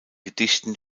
gedichten